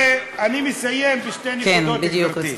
ואני מסיים בשתי נקודות, גברתי.